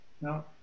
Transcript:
No